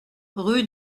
rue